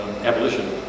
abolition